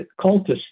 cultists